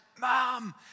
mom